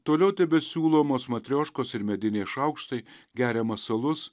toliau tebesiūlomos matrioškos ir mediniai šaukštai geriamas alus